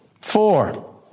Four